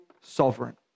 sovereign